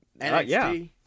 NXT